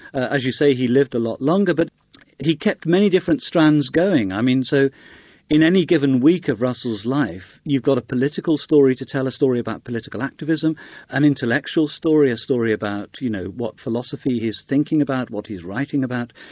as you say, he lived a lot longer, but he kept many different strands going. i mean so in any given week of russell's life you've got a political story to tell, a story about political activism an intellectual story, a story about you know what philosophy he's thinking about, what he's writing about.